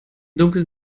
dunkeln